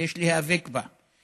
שיש להיאבק בה.